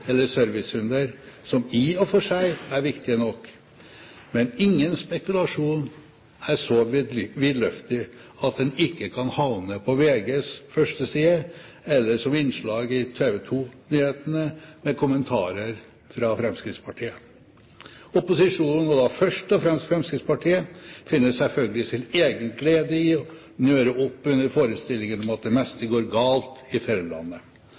eller servicehunder, som i og for seg er viktige nok. Men ingen spekulasjon er så vidløftig at den ikke kan havne på VGs førsteside eller som innslag i TV 2-nyhetene med kommentarer fra Fremskrittspartiet. Opposisjonen, hvorav først og fremst Fremskrittspartiet, finner selvfølgelig sin egen glede i å nøre opp under forestillingen om at det meste går galt i